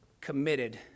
committed